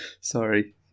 sorry